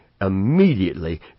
immediately